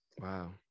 Wow